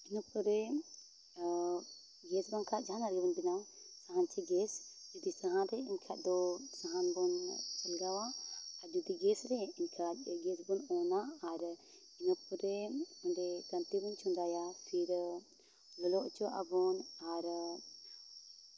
ᱤᱱᱟᱹ ᱯᱚᱨᱮ ᱜᱮᱥ ᱵᱟᱝᱷᱟᱡ ᱡᱟᱦᱟᱱᱟᱜ ᱜᱮᱵᱚᱱ ᱵᱮᱱᱟᱣᱟ ᱥᱟᱦᱟᱱ ᱪᱮ ᱜᱮᱥ ᱡᱩᱫᱤ ᱥᱟᱦᱟᱱ ᱨᱮ ᱮᱱᱠᱷᱟᱡ ᱫᱚ ᱥᱟᱦᱟᱱ ᱵᱚᱱ ᱞᱟᱜᱟᱣᱟ ᱟᱨ ᱡᱩᱫᱤ ᱜᱮᱥ ᱨᱮ ᱮᱱᱠᱷᱟᱡ ᱠᱚᱢᱟ ᱟᱨ ᱤᱱᱟᱹ ᱯᱚᱨᱮ ᱚᱸᱰᱮ ᱠᱟᱹᱱᱛᱤ ᱵᱚᱱ ᱪᱚᱫᱟᱭᱟ ᱟᱨ ᱯᱷᱤᱨ ᱞᱚᱞᱚ ᱦᱚᱪᱚᱣᱟᱜᱵᱚᱱ ᱟᱨ